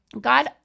God